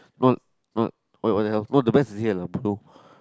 what what what what the hell no the best is yet lah bro